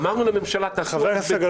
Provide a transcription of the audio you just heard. אמרנו לממשלה, תעשו א', ב',